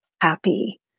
happy